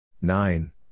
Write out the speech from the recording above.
Nine